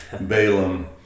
Balaam